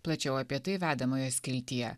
plačiau apie tai vedamojo skiltyje